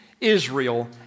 Israel